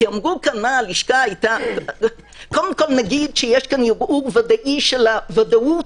קודם כל, יש פה ערעור ודאי של הוודאות.